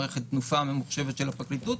מערכת "תנופה" הממוחשבת של הפרקליטות,